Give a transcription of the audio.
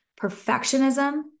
perfectionism